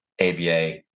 ABA